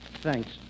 Thanks